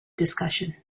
discussion